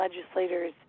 legislators